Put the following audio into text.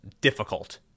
difficult